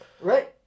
Right